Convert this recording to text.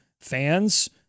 fans